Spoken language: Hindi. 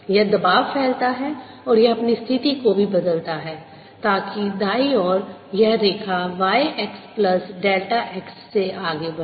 यह दबाव फैलता है और यह अपनी स्थिति को भी बदलता है ताकि दाईं ओर यह रेखा y x plus delta x से आगे बढ़े